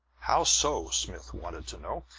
how so? smith wanted to know.